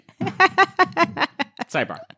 sidebar